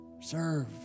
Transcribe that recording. serve